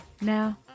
Now